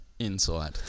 Inside